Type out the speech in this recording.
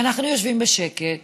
ואנחנו יושבים בשקט